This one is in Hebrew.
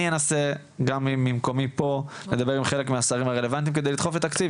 אני אנסה גם ממקומי פה לדבר עם חלק מהשרים הרלוונטיים כדי לדחוף לתקציב,